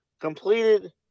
completed